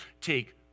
take